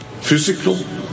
physical